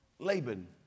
Laban